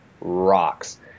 rocks